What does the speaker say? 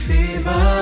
Fever